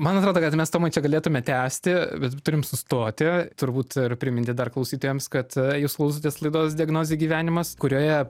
man atrodo kad mes tomai čia galėtume tęsti bet turim sustoti turbūt ir priminti dar klausytojams kad jūs klausotės laidos diagnozė gyvenimas kurioje